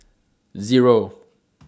Zero